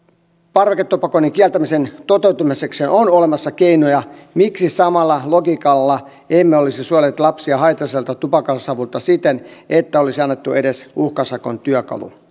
parveketupakoinnin kieltämisen toteutumiseksi on on olemassa keinoja miksi samalla logiikalla emme olisi suojelleet lapsia haitalliselta tupakansavulta siten että olisi annettu edes uhkasakon työkalu